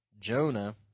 Jonah